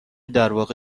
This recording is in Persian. درواقع